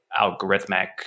algorithmic